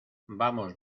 vamos